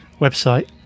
website